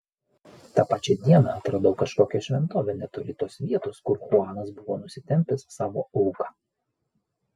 tą pačią dieną atradau kažkokią šventovę netoli tos vietos kur chuanas buvo nusitempęs savo auką